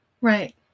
Right